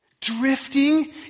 Drifting